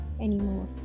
anymore